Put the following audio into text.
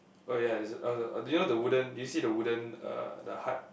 oh ya there's a uh do you know the wooden do you see the wooden uh the hut